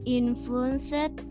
influenced